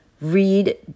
read